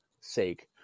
sake